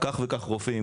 כך וכך רופאים,